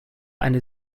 eine